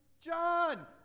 John